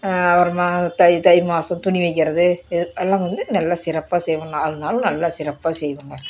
அப்புறமா தை தை மாதம் துணி வைக்கறது இது எல்லாம் வந்து நல்ல சிறப்பாக செய்வோம் நாலு நாளும் நல்ல சிறப்பாக செய்வோங்க